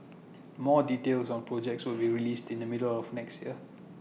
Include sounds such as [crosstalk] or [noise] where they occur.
more details on projects [noise] will be released in the middle of next year